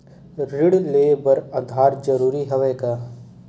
ऋण ले बर आधार जरूरी हवय का?